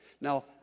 Now